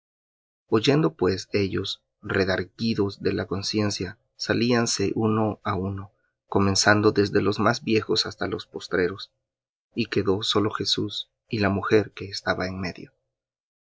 oyendo pues ellos redargüidos de la conciencia salíanse uno á uno comenzando desde los más viejos hasta los postreros y quedó solo jesús y la mujer que estaba en medio